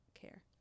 care